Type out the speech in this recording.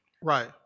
right